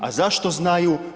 A zašto znaju?